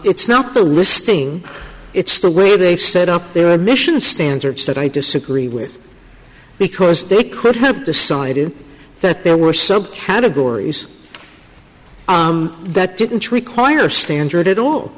it's not the listing it's the way they've set up their admission standards that i disagree with because they could help decided that there were subcategories that didn't require standard at all